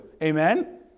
Amen